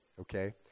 Okay